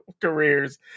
careers